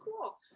cool